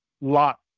lot